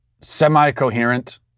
semi-coherent